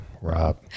rob